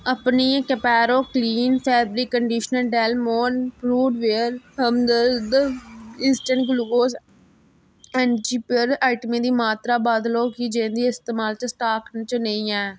अपनियें कोपैरो clean fabric conditioner Del Monte fruit वेयर हमदर्द इंस्टैंट ग्लूकोज एनर्जी पेय आइटमें दी मात्तरा बदलो की जे उं'दी इसलै मात्तरा स्टाक च नेईं ऐ